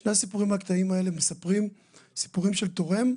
שני הסיפורים הקטנים האלה מספרים סיפורים של תורם,